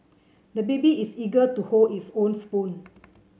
the baby is eager to hold his own spoon